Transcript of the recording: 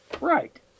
Right